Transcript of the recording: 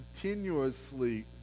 continuously